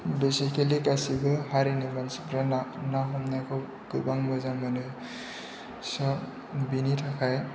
basically गासैबो हारिनि मानसिफोरा ना हमनायखौ गोबां मोजां मोनो स बेनि थाखाय